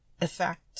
effect